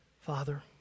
Father